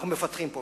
אנחנו מפתחים פה?